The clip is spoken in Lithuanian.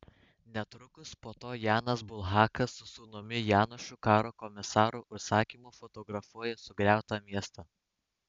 netrukus po to janas bulhakas su sūnumi janošu karo komisaro užsakymu fotografuoja sugriautą miestą